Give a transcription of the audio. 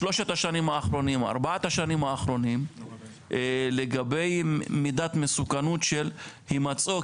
בשלושת-ארבעת השנים האחרונות לגבי מידת מסוכנות של המצאו,